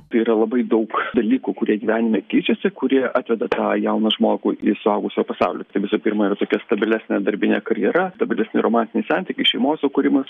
tai yra labai daug dalykų kurie gyvenime keičiasi kurie atveda tą jauną žmogų į suaugusiojo pasaulį tai visų pirma yra tokia stabilesnė darbinė karjera stabilesni romantiniai santykiai šeimos sukūrimas